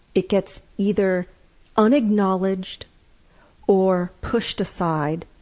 it gets either unacknowledged or pushed aside,